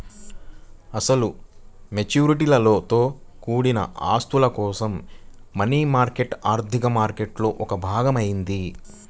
అసలు మెచ్యూరిటీలతో కూడిన ఆస్తుల కోసం మనీ మార్కెట్ ఆర్థిక మార్కెట్లో ఒక భాగం అయింది